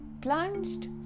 plunged